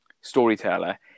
storyteller